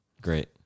Great